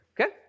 Okay